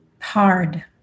hard